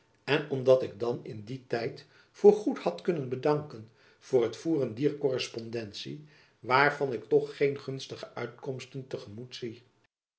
en omdat ik dan in dien tijd voor goed had kunnen bedanken voor het voeren dier korrespondentie waarvan ik toch geen gunstige uitkomsten te gemoet zie